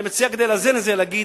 כדי לאזן את זה אני מציע,